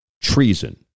treason